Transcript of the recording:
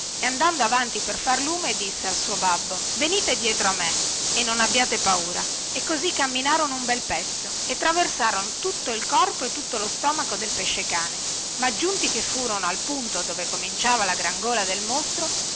e andando avanti per far lume disse al suo babbo venite dietro a me e non abbiate paura e così camminarono un bel pezzo e traversarono tutto il corpo e tutto lo stomaco del pesce-cane ma giunti che furono al punto dove cominciava la gran gola del mostro